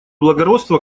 благородства